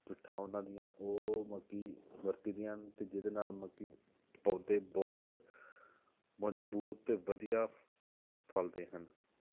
ਬਿੱਠਾਂ ਉਹਨਾਂ ਦੀਆਂ ਉਹ ਮਤਲਬ ਕਿ ਵਰਤੀ ਦੀਆਂ ਹਨ ਅਤੇ ਜਿਹਦੇ ਨਾਲ ਮਤਲਬ ਕਿ ਪੌਦੇ ਬਹੁਤ ਮਜ਼ਬੂਤ ਅਤੇ ਵਧੀਆ ਫਲਦੇ ਹਨ